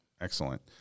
excellent